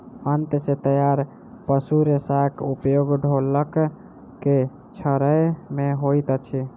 आंत सॅ तैयार पशु रेशाक उपयोग ढोलक के छाड़य मे होइत अछि